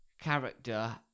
character